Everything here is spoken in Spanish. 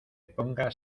pongas